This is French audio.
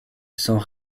sont